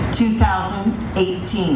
2018